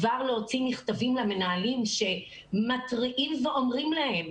כבר להוציא מכתבים למנהלים שמתריעים ואומרים להם,